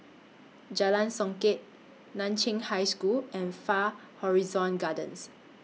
Jalan Songket NAN Chiau High School and Far Horizon Gardens